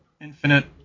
Infinite